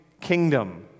kingdom